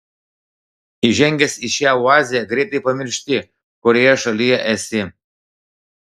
įžengęs į šią oazę greitai pamiršti kurioje šalyje esi